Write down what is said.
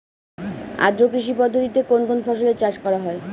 আদ্র কৃষি পদ্ধতিতে কোন কোন ফসলের চাষ করা হয়?